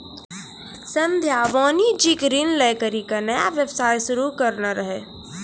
संध्या वाणिज्यिक ऋण लै करि के नया व्यवसाय शुरू करने रहै